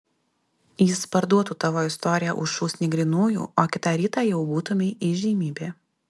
jis parduotų tavo istoriją už šūsnį grynųjų o kitą rytą jau būtumei įžymybė